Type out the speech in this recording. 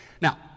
Now